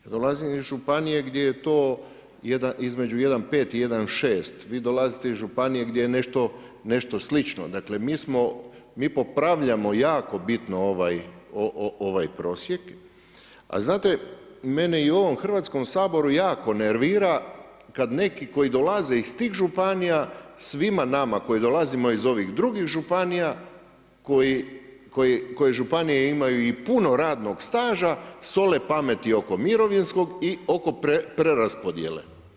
Dolazim iz županije gdje je to između 1,5, 1,6, vi dolazite iz županije gdje je nešto slično, dakle mi popravljamo jako bitno ovaj prosjek, a znate mene i u ovom Hrvatskom saboru jako nervira kad neki koji dolaze iz tih županije, svima nama koji dolazimo iz ovih drugih županija, koje županije imaju i puno radnog staža, sole pamet oko mirovinskog i oko preraspodjele.